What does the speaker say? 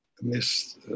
Miss